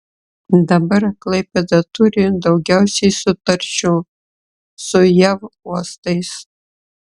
dabar klaipėda turi daugiausiai sutarčių su jav uostais